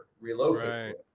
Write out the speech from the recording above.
relocate